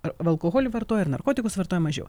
ar alkoholį vartoja ar narkotikus vartoja mažiau